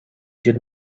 did